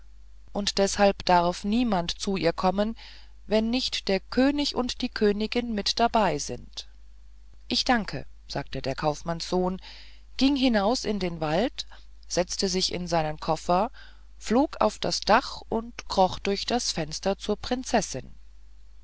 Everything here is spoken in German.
und deshalb darf niemand zu ihr kommen wenn nicht der könig und die königin mit dabei sind ich danke sagte der kaufmannssohn ging hinaus in den wald setzte sich in seinen koffer flog auf das dach und kroch durch das fenster zur prinzessin